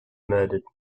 murdered